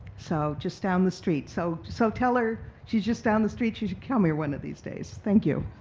so just down the street. so, so tell her she's just down the street. she should come here one of these days. thank you.